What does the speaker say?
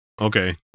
okay